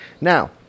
now